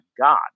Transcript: God